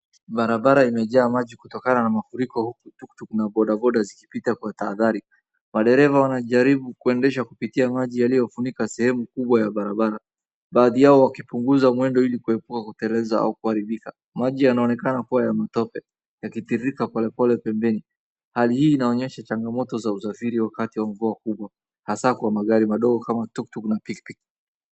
Barabara imejaa maji kutokana na mafuriko huku tuk tuk na boda boda zikipita kwa tahadhari. Madereva wanajaribu kuendesha kupitia maji yaliyofunika sehemu kubwa ya barabara, baadhi yao wakipunguza mwendo ili kuepuka, kuteleza au kuharibika. Maji yanaonekana kuwa ya matope, yakitiririta polepole pembeni. Hali hii inaonyesha changamoto za usafiri wakati wa mvua mkubwa, hasa kwa magari madogo kama tuk tuk na pikipiki.